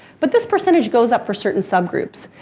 but this percentage goes up for certain sub groups.